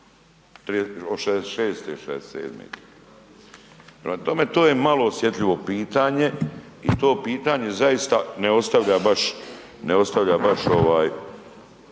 '67.-te, prema tome, to je malo osjetljivo pitanje i to pitanje zaista ne ostavlja baš,